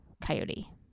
coyote